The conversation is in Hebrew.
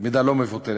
במידה לא מבוטלת,